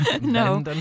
No